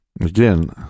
Again